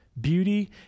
Beauty